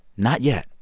not yet